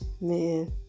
Man